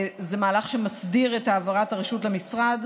מהלך שמסדיר את העברת הרשות למשרד.